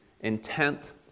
intent